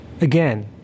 again—